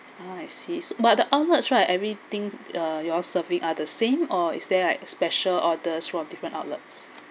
ah I see but the outlets right everything uh you all serving are the same or is there like special orders from different outlets